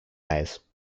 eyes